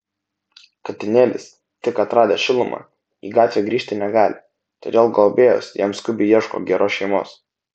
katinėlis tik atradęs šilumą į gatvę grįžti negali todėl globėjos jam skubiai ieško geros šeimos